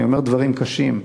אני אומר דברים קשים,